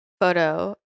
photo